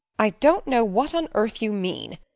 i don't know what on earth you mean.